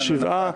שבעה.